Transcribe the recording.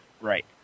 Right